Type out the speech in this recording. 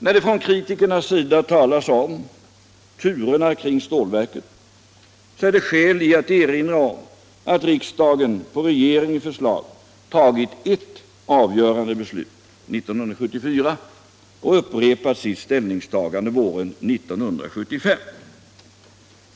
När det från kritikernas sida talas om turerna kring stålverket är det skäl att erinra om att riksdagen på regeringens förslag tagit ert avgörande beslut, 1974, och upprepat sitt ställningstagande våren 1975.